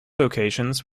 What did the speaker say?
locations